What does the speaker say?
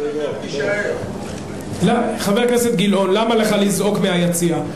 העיקר, חבר הכנסת גילאון, למה לך לזעוק מהיציע?